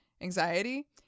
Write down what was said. anxiety